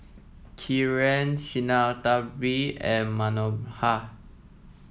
Kiran Sinnathamby and Manohar